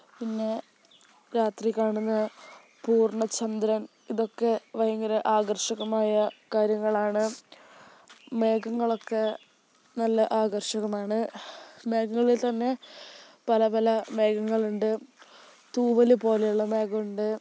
പിന്നെ രാത്രി കാണുന്ന പൂർണ്ണചന്ദ്രന് ഇതൊക്കെ ഭയങ്കര ആകർഷകമായ കാര്യങ്ങളാണ് മേഘങ്ങളൊക്കെ നല്ല ആകർഷകമാണ് മേഘങ്ങളിൽത്തന്നെ പല പല മേഘങ്ങളുണ്ട് തൂവല് പോലെയുള്ള മേഘം ഉണ്ട്